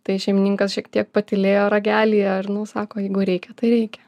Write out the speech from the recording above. tai šeimininkas šiek tiek patylėjo ragelyje ir nu sako jeigu reikia tai reikia